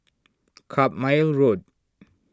Carpmael Road